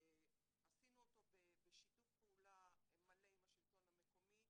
עשינו אותו בשיתוף פעולה מלא עם השלטון המקומי.